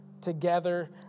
together